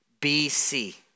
BC